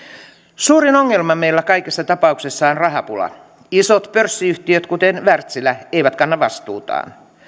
suurin ongelma meillä kaikessa tapauksessa on rahapula isot pörssiyhtiöt kuten wärtsilä eivät kanna vastuutaan